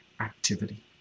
activity